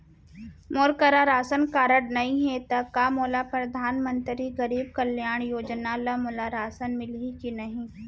मोर करा ration card नहीं है त का मोल परधानमंतरी गरीब कल्याण योजना ल मोला राशन मिलही कि नहीं?